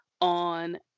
On